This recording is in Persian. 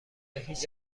هیچ